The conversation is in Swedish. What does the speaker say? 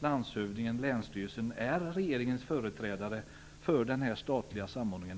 Landshövdingen och länsstyrelsen är ju regeringens företrädare i den statliga samordningen.